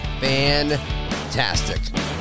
Fantastic